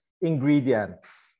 ingredients